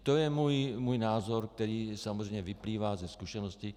To je můj názor, který samozřejmě vyplývá ze zkušeností.